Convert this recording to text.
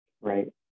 Right